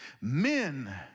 Men